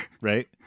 right